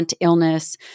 illness